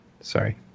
Sorry